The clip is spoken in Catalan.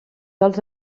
dels